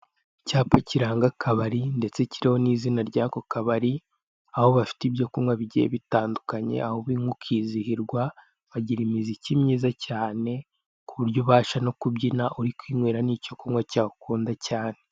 Icyapa kiranga akabari ndetse kiriho n'izina ry'ako kabari aho bafite ibyo kunywa bigiye bitandukanye aho ubinywa ukizihirwa, bagira imiziki myiza cyane kuburyo ubasha no kubyina urikwinywera n'icyo kunywa cyawe ukunda cyane.